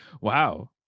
Wow